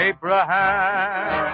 Abraham